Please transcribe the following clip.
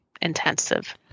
intensive